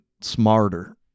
smarter